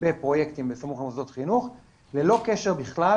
בפרויקטים בסמוך למוסדות חינוך ללא קשר בכלל